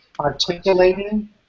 articulating